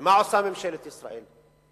מה עושה ממשלת ישראל?